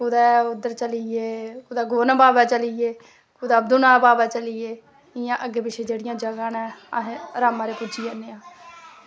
कुदै उद्धर चलिये कुदै गौरन बाह्बे दे चली गे कुदै दूना बाह्बे चली गे इंया अग्गें पिच्छें जन्ने ऐ आं जगह नांऽ अस आराम कन्नै पुज्जी जन्ने